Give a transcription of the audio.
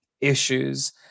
issues